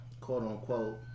quote-unquote